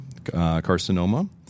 carcinoma